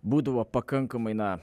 būdavo pakankamai na